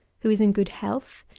who is in good health,